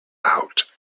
out